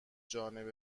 جانب